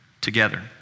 together